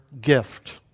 gift